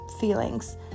feelings